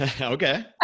Okay